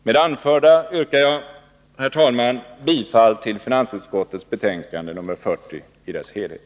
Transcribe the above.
Med det anförda yrkar jag, herr talman, bifall till finansutskottets betänkande nr 40 i dess helhet.